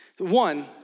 One